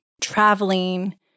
traveling